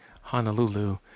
Honolulu